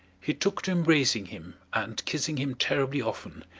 he took to embracing him and kissing him terribly often,